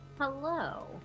Hello